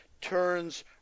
turns